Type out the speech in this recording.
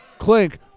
Clink